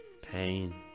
pain